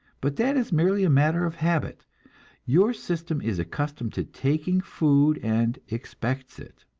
but that is merely a matter of habit your system is accustomed to taking food and expects it.